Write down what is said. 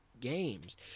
games